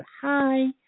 Hi